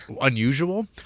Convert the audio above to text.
unusual